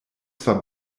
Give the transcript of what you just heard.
zwar